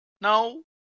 No